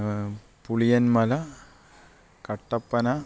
Puliyanmala Kattappana